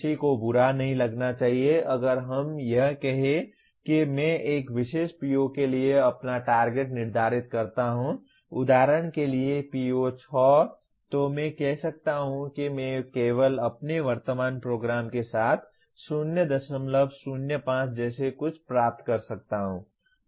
किसी को बुरा नहीं लगना चाहिए अगर हम यह कहें कि मैं एक विशेष PO के लिए अपना टारगेट निर्धारित करता हूं उदाहरण के लिए PO6 तो मैं कह सकता हूं कि मैं केवल अपने वर्तमान प्रोग्राम के साथ 005 जैसे कुछ प्राप्त कर सकता हूं